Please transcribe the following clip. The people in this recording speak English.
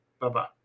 Bye-bye